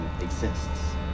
exists